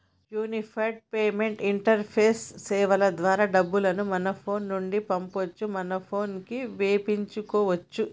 unified payments interface సేవల ద్వారా డబ్బులు మన ఫోను నుండి పంపొచ్చు మన పోనుకి వేపించుకోచ్చు